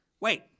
Wait